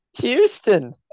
houston